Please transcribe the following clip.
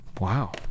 Wow